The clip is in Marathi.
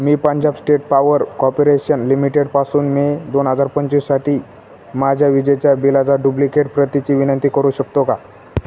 मी पंजाब स्टेट पॉवर कॉपोरेशन लिमिटेडपासून मे दोन हजार पंचवीससाठी माझ्या विजेच्या बिलाचा डुब्लिकेट प्रतीची विनंती करू शकतो का